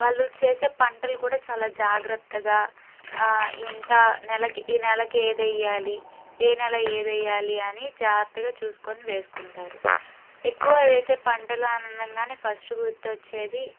వాళ్ళు చేసే పంటలు కూడా చాలా జాగ్రత్తగా ఇంత నెలకి ఈ నెలకి ఏది వేయాలి ఏ నెల ఏది వేయాలి అని జాగ్రత్తగా చూసుకొని వేసుకుంటారు ఎక్కువ వేసే పంటలు అని అనంగానే ఫస్ట్ గుర్తు వచ్చేది